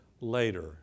later